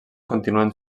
continuen